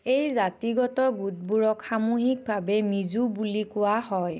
এই জাতিগত গোটবোৰক সামূহিকভাৱে মিজো বুলি কোৱা হয়